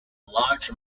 large